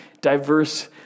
diverse